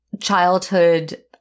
childhood